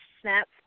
snap